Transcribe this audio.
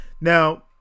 Now